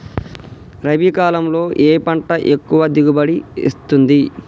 రబీ కాలంలో ఏ పంట ఎక్కువ దిగుబడి ఇస్తుంది?